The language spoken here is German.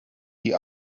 die